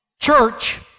Church